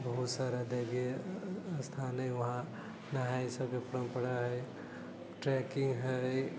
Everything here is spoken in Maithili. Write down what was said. बहुत सारा देवी स्थान है वहाँ नहाय सभके परम्परा है ट्रैकिङ्ग है